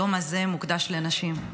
היום הזה מוקדש לנשים,